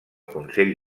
consell